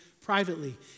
privately